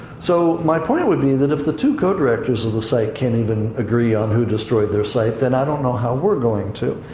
so, my point would be that if the two co directors of the site can't even agree on who destroyed their site, then i don't know how we're going to.